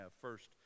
first